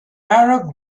arab